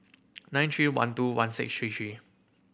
nine three one two one six three three